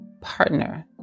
partner